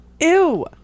Ew